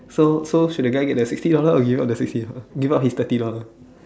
so so should the guy get the sixty dollar or give up the sixty dollar give up his thirty dollar